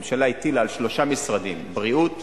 הממשלה הטילה על שלושה משרדים, בריאות,